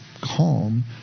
calm